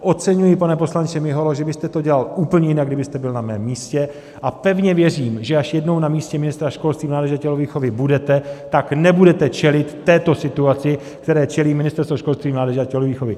Oceňuji, pane poslanče Miholo, že byste to dělal úplně jinak, kdybyste byl na mém místě, a pevně věřím, že až jednou na místě ministra školství, mládeže a tělovýchovy budete, tak nebudete čelit této situaci, které čelí Ministerstvo školství, mládeže a tělovýchovy.